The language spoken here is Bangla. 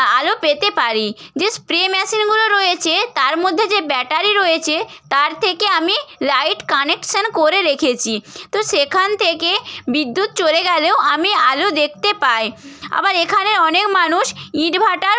আলো পেতে পারি যে স্প্রে ম্যাশিনগুলো রয়েছে তার মধ্যে যে ব্যাটারি রয়েছে তার থেকে আমি লাইট কানেকশন করে রেখেছি তো সেখান থেকে বিদ্যুৎ চলে গেলেও আমি আলো দেখতে পায় আবার এখানে অনেক মানুষ ইনভার্টারও